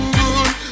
good